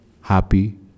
happy